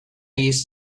used